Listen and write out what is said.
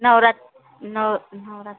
नवरात्र नव नवरात्र